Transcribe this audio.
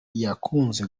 yakunze